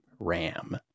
ram